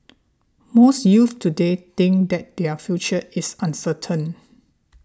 most youths today think that their future is uncertain